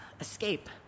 escape